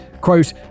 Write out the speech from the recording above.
Quote